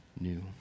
new